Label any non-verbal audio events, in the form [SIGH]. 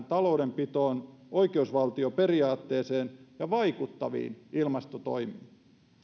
[UNINTELLIGIBLE] taloudenpitoon oikeusvaltioperiaatteeseen ja vaikuttaviin ilmastotoimiin